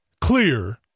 clear